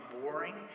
boring